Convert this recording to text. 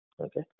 okay